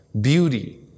beauty